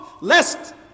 lest